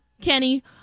kenny